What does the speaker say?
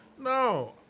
No